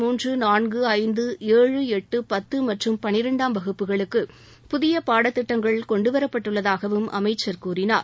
மூன்று நான்கு ஐந்து ஏழு எட்டு பத்து மற்றம் பன்ளிரெண்டாம் வகுப்புகளுக்கு புதிய பாடத்திட்டங்கள் கொண்டுவரப் பட்டுள்ளதாகவும் அமைச்சர் கூறினார்